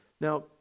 Now